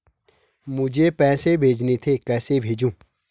मुझे पैसे भेजने थे कैसे भेजूँ?